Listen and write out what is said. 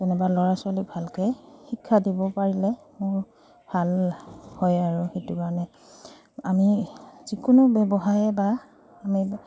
যেনেবা ল'ৰা ছোৱালী ভালকৈ শিক্ষা দিব পাৰিলে মোৰ ভাল হয় আৰু সেইটো কাৰণে আমি যিকোনো ব্যৱসায় বা আমি